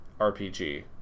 RPG